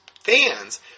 fans